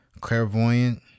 clairvoyant